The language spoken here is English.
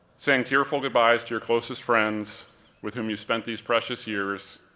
saying tearful goodbyes to your closest friends with whom you spent these precious years,